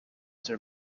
their